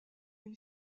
une